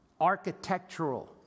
architectural